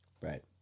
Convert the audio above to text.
right